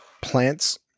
plants